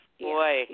Boy